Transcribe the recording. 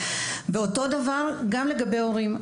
ואותו דבר גם לגבי הורים.